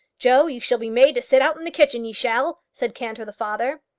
joe, ye shall be made to sit out in the kitchen ye shall, said cantor the father.